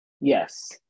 Yes